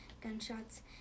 gunshots